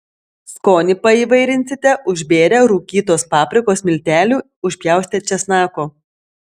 skonį paįvairinsite užbėrę rūkytos paprikos miltelių užpjaustę česnako